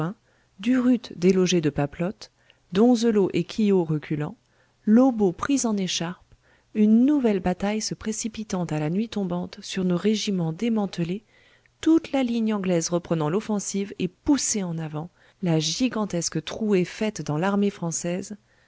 durutte délogé de papelotte donzelot et quiot reculant lobau pris en écharpe une nouvelle bataille se précipitant à la nuit tombante sur nos régiments démantelés toute la ligne anglaise reprenant l'offensive et poussée en avant la gigantesque trouée faite dans l'armée française